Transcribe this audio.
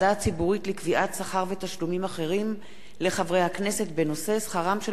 שכר ותשלומים אחרים לחברי הכנסת בנושא: שכרם של העוזרים הפרלמנטריים.